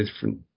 different